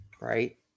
right